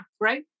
right